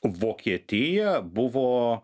vokietija buvo